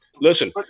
listen